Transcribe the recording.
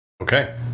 Okay